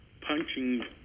punching